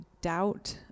doubt